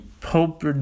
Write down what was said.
Pope